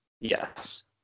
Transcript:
Yes